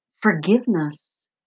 forgiveness